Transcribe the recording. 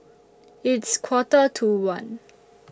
its Quarter to one